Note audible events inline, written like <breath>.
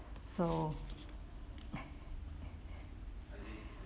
so <breath>